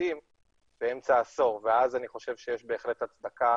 משמעותיים באמצע העשור ואז אני חושב שיש בהחלט הצדקה